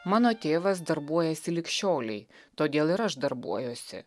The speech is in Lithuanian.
mano tėvas darbuojasi lig šiolei todėl ir aš darbuojuosi